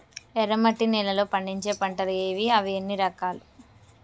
ఎర్రమట్టి నేలలో పండించే పంటలు ఏవి? అవి ఎన్ని రకాలు?